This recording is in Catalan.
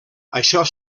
això